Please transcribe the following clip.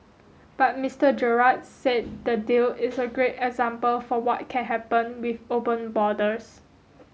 but Mister Gerard said the deal is a great example for what can happen with open borders